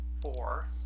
four